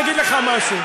אני אגיד לך משהו,